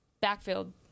backfield